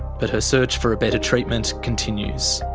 but her search for a better treatment continues.